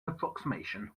approximation